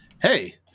Hey